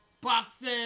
Boxing